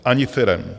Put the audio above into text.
Ani firem.